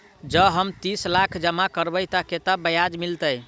जँ हम तीस लाख जमा करबै तऽ केतना ब्याज मिलतै?